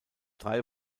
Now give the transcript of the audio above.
drei